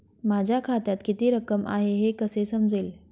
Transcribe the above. माझ्या खात्यात किती रक्कम आहे हे कसे समजेल?